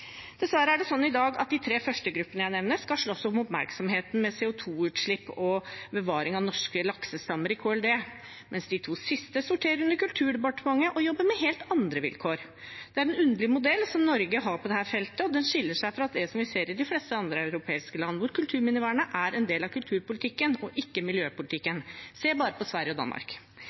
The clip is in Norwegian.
Dessverre er det sånn i dag at de tre første gruppene jeg nevner, skal slåss om oppmerksomheten med CO 2 -utslipp og bevaring av norske laksestammer, i Klima- og miljødepartementet, mens de to siste sorterer under Kulturdepartementet og jobber med helt andre vilkår. Det er en underlig modell Norge har på dette feltet, og den skiller seg fra det som vi ser i de fleste andre europeiske land, hvor kulturminnevernet er en del av kulturpolitikken og ikke miljøpolitikken – se bare på Sverige og Danmark.